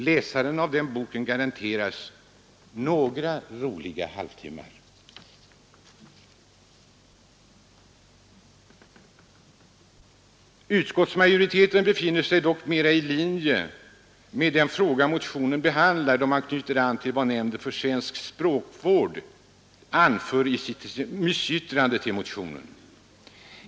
Läsaren av den boken garanteras några roliga halvtimmar. Utskottsmajoriteten befinner sig dock mera i linje med den fråga motionen behandlar då man knyter an till vad Nämnden för svensk språkvård anför i sitt remissyttrande till motionen.